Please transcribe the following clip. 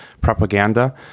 propaganda